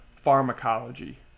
pharmacology